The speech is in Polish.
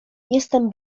jestem